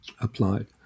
applied